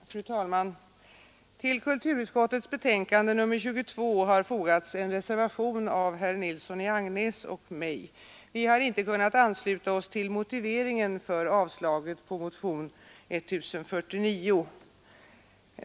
Fru talman! Vid kulturutskottets betänkande nr 22 har fogats en reservation av herr Nilsson i Agnäs och mig. Vi har inte kunnat ansluta oss till motiveringen för avslaget på motionen 1049.